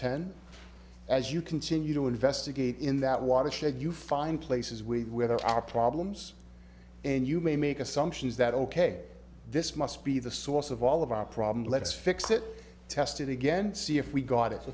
ten as you continue to investigate in that watershed you find places with where there are problems and you may make assumptions that ok this must be the source of all of our problems let's fix it test it again see if we got it